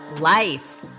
life